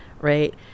right